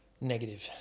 Negative